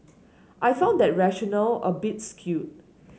I found that rationale a bit skewed